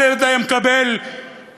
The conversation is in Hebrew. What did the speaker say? כל ילד היה מקבל BA,